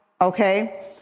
okay